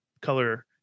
color